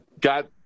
got